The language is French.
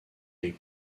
les